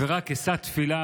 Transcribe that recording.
רק אשא תפילה,